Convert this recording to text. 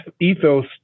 ethos